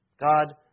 God